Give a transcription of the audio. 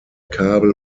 kabel